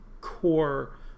core